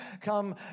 come